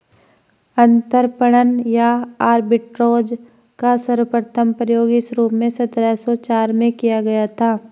अंतरपणन या आर्बिट्राज का सर्वप्रथम प्रयोग इस रूप में सत्रह सौ चार में किया गया था